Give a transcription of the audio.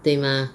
对吗